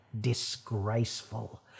disgraceful